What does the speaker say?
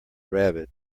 rabbit